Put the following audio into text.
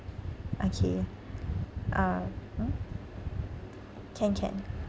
okay uh !huh! can can